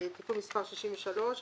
(תיקון מס' 63),